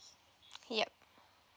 yup